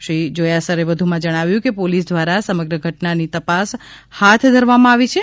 શ્રી જોયાસરે વધુમાં જણાવ્યું કે પોલીસ દ્વારા સમગ્ર ઘટવાની તપાસ હાથ ધરવામાં આવી છે